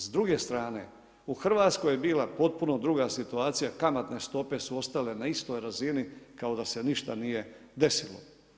S druge strane u Hrvatskoj je bila potpuno druga situacija, kamatne stope su ostale na istoj razini kao da se ništa nije desilo.